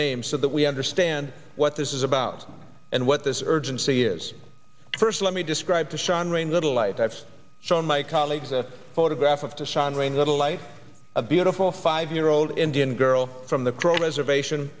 names so that we understand what this is about and what this urgency is first let me describe to shawn rain little light that's shown my colleagues a photograph of dishonoring little light a beautiful five year old indian girl from the crow reservation